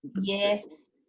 Yes